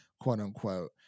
quote-unquote